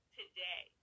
today